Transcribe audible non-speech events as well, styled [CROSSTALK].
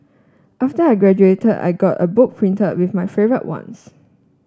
after I graduated I got a book printed with my [UNINTELLIGIBLE] ones